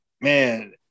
Man